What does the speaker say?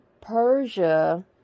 Persia